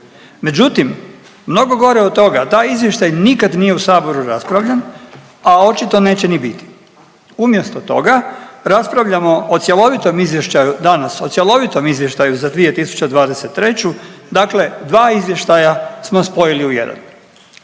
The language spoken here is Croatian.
Međutim, mnogo gore od toga taj izvještaj nikad nije u saboru raspravljen, a očito neće ni biti. Umjesto toga raspravljamo o cjelovitom izvještaju danas o cjelovitom izvještaju za 2023. dakle